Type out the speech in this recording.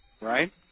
right